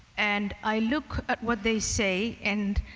and i look at what they say, and